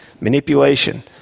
manipulation